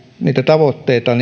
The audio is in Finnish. niitä tavoitteita